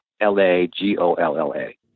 L-A-G-O-L-L-A